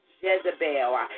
Jezebel